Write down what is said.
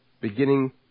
beginning